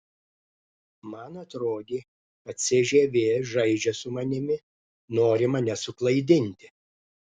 man atrodė kad cžv žaidžia su manimi nori mane suklaidinti